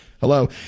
hello